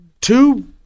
two